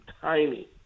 tiny